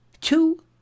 Two